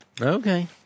Okay